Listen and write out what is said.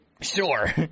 sure